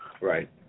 Right